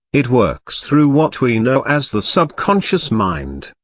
it works through what we know as the subconscious mind,